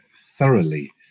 thoroughly